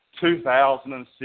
2006